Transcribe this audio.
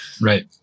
Right